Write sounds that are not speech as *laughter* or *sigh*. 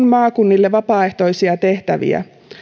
*unintelligible* maakunnille vapaaehtoisia tehtäviä